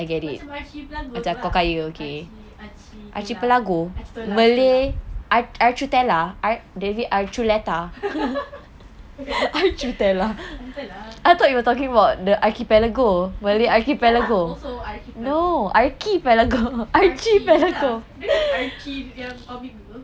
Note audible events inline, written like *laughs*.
macam archipelago itu lah archi~ archi~ stella stella *laughs* yes stella ya lah also archipelago archi~ lah archie yang comic book